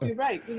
right.